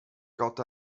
quant